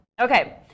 Okay